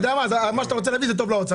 מה שאתה רוצה להגיד זה טוב לאוצר,